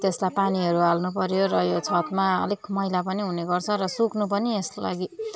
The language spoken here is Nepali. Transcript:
त्यसलाई पानीहरू हाल्नुपऱ्यो र यो छतमा अलिक मैला पनि हुने गर्छ र सुक्नु पनि यसको लागि